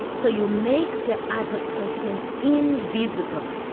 so you make the other person invisible,